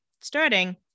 starting